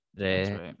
right